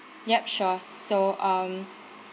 yup sure so um